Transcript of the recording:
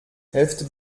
helft